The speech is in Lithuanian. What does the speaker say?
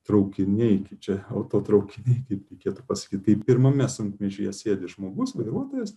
traukiniai kaip čia autotraukiniai kaip reikėtų pasakyti tai pirmame sunkvežimyje sėdi žmogus vairuotojas